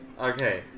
okay